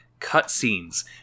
cutscenes